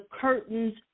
curtains